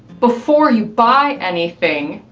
before you buy anything,